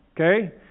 okay